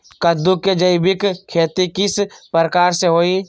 कददु के जैविक खेती किस प्रकार से होई?